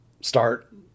start